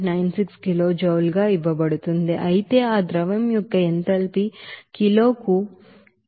96 kilojoule ఇవ్వబడుతుంది అయితే ఆ ద్రవం యొక్క ఎంథాల్పీ కిలోకు ఈ 22